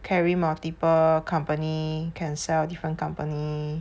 carry multiple company can sell different company